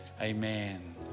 amen